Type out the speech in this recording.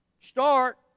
start